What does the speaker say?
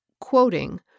Quoting